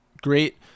great